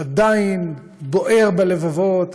עדיין בוער בלבבות,